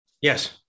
Yes